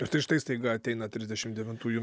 ir tai štai staiga ateina trisdešim devintųjų